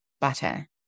butter